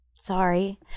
Sorry